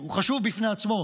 שהוא חשוב בפני עצמו,